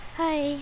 hi